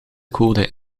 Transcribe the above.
code